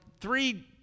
three